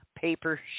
paper